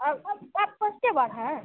और हम आप फस्टे बार हैं